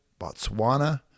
Botswana